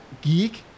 geek